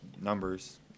numbers